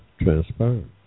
transpired